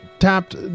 tapped